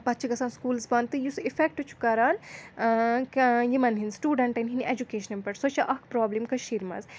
پَتہٕ گژھان سکوٗلٕز بنٛد تہٕ یُس اِفؠکٹ چھُ کران کیٛاہ یِمَن ہِنٛدۍ سٹوٗڈنٛٹَن ہِنٛدۍ اؠجوکیشَنہٕ پؠٹھ سۄ چھےٚ اَکھ پرٛابلِم کٔشیٖرِ منٛز